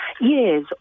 Yes